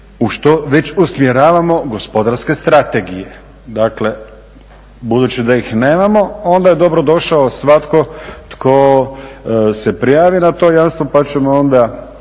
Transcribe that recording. u što već usmjeravamo gospodarske strategije. Dakle, budući da ih nemamo onda je dobrodošao svatko tko se prijavi na to jamstvo pa ćemo onda